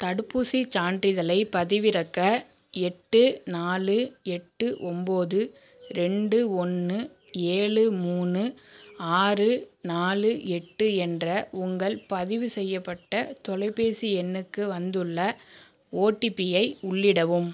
தடுப்பூசி சான்றிதழை பதிவிறக்க எட்டு நாலு எட்டு ஒம்பது ரெண்டு ஒன்று ஏழு மூணு ஆறு நாலு எட்டு என்ற உங்கள் பதிவு செய்யப்பட்ட தொலைபேசி எண்ணுக்கு வந்துள்ள ஓடிபி ஐ உள்ளிடவும்